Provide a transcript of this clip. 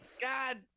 God